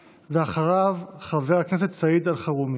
ואחריו, חבר הכנסת סעיד אלחרומי.